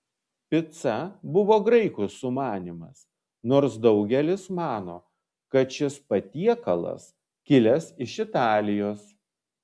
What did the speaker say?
pica buvo graikų sumanymas nors daugelis mano kad šis patiekalas kilęs iš italijos